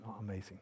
amazing